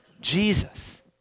Jesus